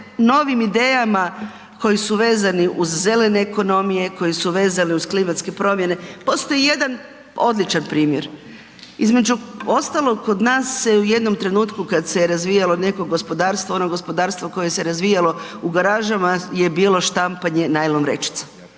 novim idejama koji su vezani uz zelene ekonomije, koje su vezane uz klimatske promjene, postoji jedan odličan primjer, između ostalog kod nas se u jednom trenutku kad se razvijalo neko gospodarstvo, ono gospodarstvo koje se razvijalo u garažama je bilo štampanje najlon vrećica.